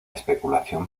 especulación